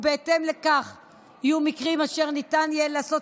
בהתאם לכך יהיו מקרים אשר ניתן יהיה לעשות